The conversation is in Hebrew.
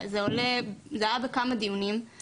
זה עלה בכמה דיונים.